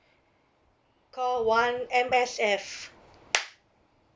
call one M_S_F